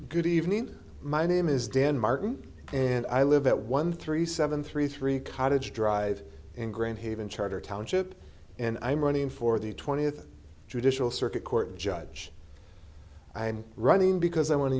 good evening my name is dan martin and i live at one three seven three three cottage drive in grand haven charter township and i'm running for the twentieth judicial circuit court judge i'm running because i want to